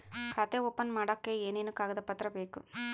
ಖಾತೆ ಓಪನ್ ಮಾಡಕ್ಕೆ ಏನೇನು ಕಾಗದ ಪತ್ರ ಬೇಕು?